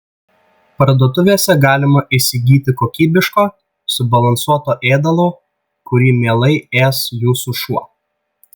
parduotuvėse galima įsigyti kokybiško subalansuoto ėdalo kurį mielai ės jūsų šuo